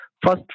First